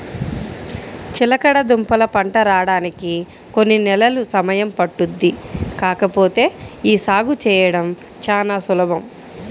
చిలకడదుంపల పంట రాడానికి కొన్ని నెలలు సమయం పట్టుద్ది కాకపోతే యీ సాగు చేయడం చానా సులభం